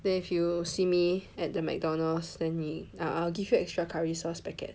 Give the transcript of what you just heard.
then if you see me at the McDonald's then 你 I'll give you extra curry sauce packet